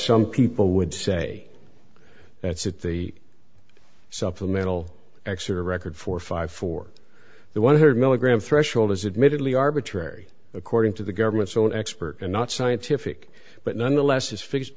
some people would say that's at the supplemental xor a record for five for the one hundred milligram threshold is admittedly arbitrary according to the government's own expert and not scientific but nonetheless is fixed